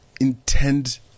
intend